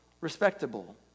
respectable